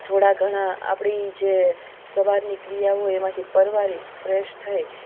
થોળા ઘણા આપણી જે સવારની ક્રિયાઓ એમાંથી પરવારી ફ્રેશ થઈ